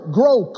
grow